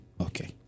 okay